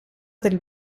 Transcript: del